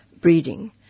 breeding